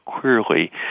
clearly